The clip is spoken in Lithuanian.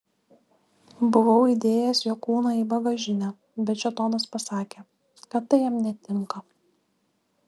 buvau įdėjęs jo kūną į bagažinę bet šėtonas pasakė kad tai jam netinka